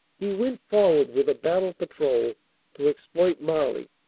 he went forward with a battle patrol to exploit marly,